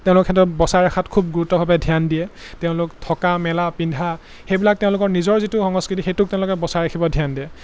তেওঁলোক সেইটো বচাই ৰখাত খুব গুৰুত্বভাৱে ধ্যান দিয়ে তেওঁলোক থকা মেলা পিন্ধা সেইবিলাক তেওঁলোকৰ নিজৰ যিটো সংস্কৃতি সেইটোক তেওঁলোকে বচাই ৰাখিব ধ্যান দিয়ে